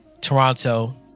toronto